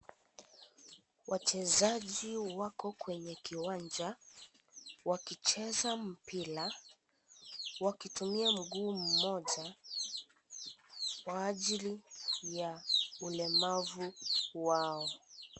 Wachezaji wako kwenye kiwanja wakicheza mpira wakitumia mguu mmoja kwa ajili ya ulemavu wao.